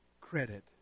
credit